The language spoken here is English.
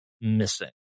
missing